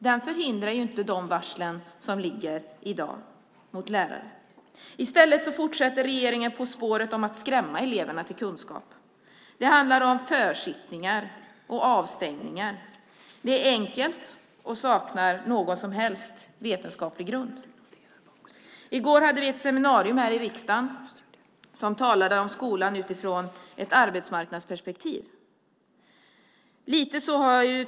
Den förhindrar inte de varsel som lagts mot lärare. I stället fortsätter regeringen på spåret att skrämma eleverna till kunskap. Det handlar om försittningar och avstängningar. Det är enkelt och saknar helt vetenskaplig grund. I går hade vi ett seminarium om skolan utifrån ett arbetsmarknadsperspektiv.